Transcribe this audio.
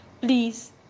please